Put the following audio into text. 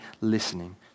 listening